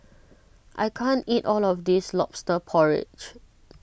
I can't eat all of this Lobster Porridge